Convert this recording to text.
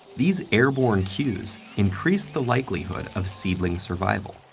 these airborne cues increase the likelihood of seedling survival,